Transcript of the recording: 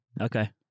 Okay